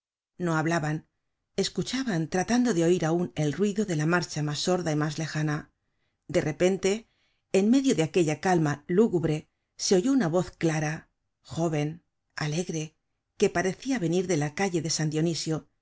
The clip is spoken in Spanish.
no hablaban escuchaban tratando de oir aun el ruido de la marcha mas sorda y mas lejana de repente en medio de aquella calma lúgubre se oyó una voz clara jóven alegre que parecia venir de la calle de san dionisio